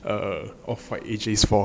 err